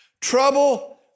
trouble